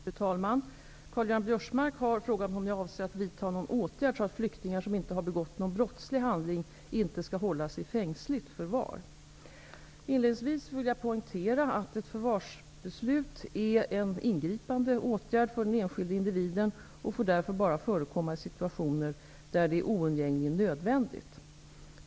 Fru talman! Karl-Göran Biörsmark har frågat mig om jag avser att vidtaga någon åtgärd så att flyktingar som inte har begått någon brottslig handling inte skall hållas i fängsligt förvar. Inledningsvis vill jag poängtera att ett förvarsbeslut är en ingripande åtgärd för den enskilde individen och därför bara får förekomma i situationer där det är oundgängligen nödvändigt.